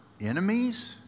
enemies